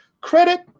Credit